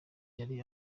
yari